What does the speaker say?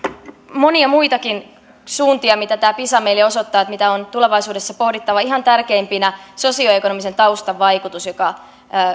monia muitakin suuntia mitä tämä pisa meille osoittaa mitä on tulevaisuudessa pohdittava ihan tärkeimpänä sosioekonomisen taustan vaikutus joka